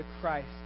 Christ